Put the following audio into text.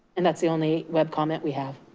and that's the only web comment we have.